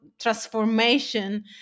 transformation